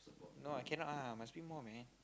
no cannot ah must be more man